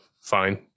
fine